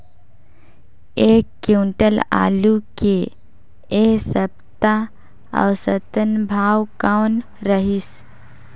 एक क्विंटल आलू के ऐ सप्ता औसतन भाव कौन रहिस?